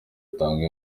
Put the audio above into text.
dutange